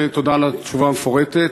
תודה על התשובה המפורטת.